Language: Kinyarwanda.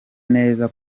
neza